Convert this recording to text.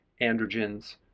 androgens